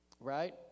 Right